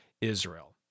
Israel